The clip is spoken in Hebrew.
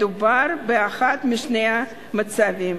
מדובר באחד משני המצבים: